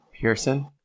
Pearson